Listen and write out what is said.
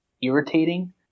Irritating